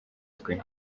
twe